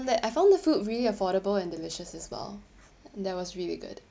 that I found the food really affordable and delicious as well that was really good